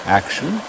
action